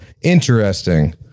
Interesting